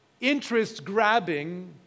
interest-grabbing